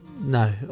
no